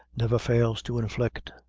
never fails to inflict.